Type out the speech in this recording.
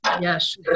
Yes